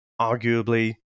arguably